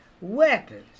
weapons